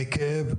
מכאב,